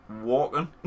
walking